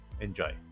Enjoy